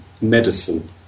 medicine